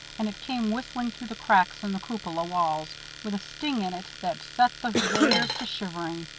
and it came whistling through the cracks in the cupola walls with a sting in it that set the weighers to shivering.